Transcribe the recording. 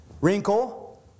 wrinkle